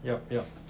yup yup